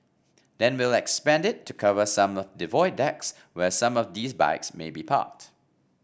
then we'll expand it to cover some of the Void Decks where some of these bikes may be parked